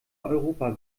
europa